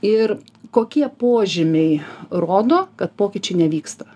ir kokie požymiai rodo kad pokyčiai nevyksta